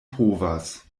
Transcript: povas